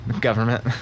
government